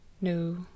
No